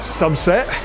subset